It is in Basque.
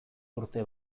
urte